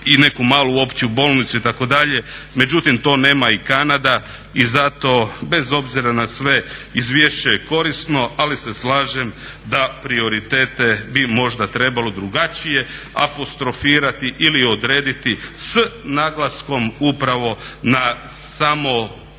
i neku malu opću bolnicu itd. Međutim, to nema i Kanada i zato bez obzira na sve izvješće je korisno, ali se slažem da prioritete bi možda trebalo drugačije apostrofirati ili odrediti s naglaskom upravo na samo